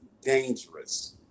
dangerous